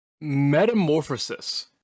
Metamorphosis